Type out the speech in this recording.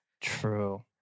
True